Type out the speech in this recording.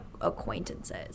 acquaintances